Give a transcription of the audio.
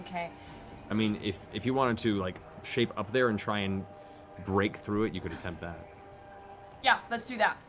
kind of i mean if if you wanted to, like, shape up there and try and break through it, you could attempt that. marisha yeah, let's do that.